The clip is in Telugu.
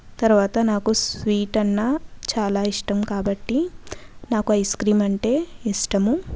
తర్వాత నాకు స్వీట్ అన్నా చాలా ఇష్టం కాబట్టి నాకు ఐస్క్రీమ్ అంటే ఇష్టము